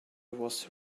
was